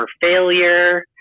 failure